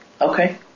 Okay